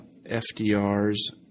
FDR's